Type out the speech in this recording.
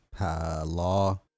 law